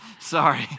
Sorry